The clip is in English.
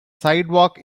sidewalk